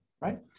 right